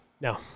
No